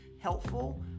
Helpful